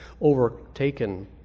overtaken